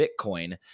Bitcoin